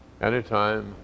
Anytime